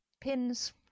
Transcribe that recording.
pins